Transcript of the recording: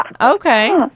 Okay